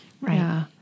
Right